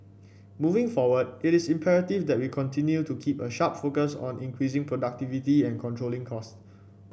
moving forward it is imperative that we continue to keep a sharp focus on increasing productivity and controlling costs